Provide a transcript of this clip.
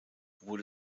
wurde